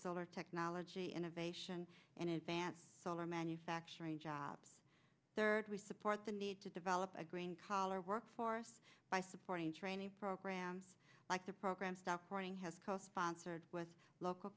solar technology innovation and advanced solar manufacturing jobs third we support the need to develop a green collar workforce by supporting training programs like the program stop running has co sponsored with local